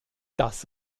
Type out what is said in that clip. das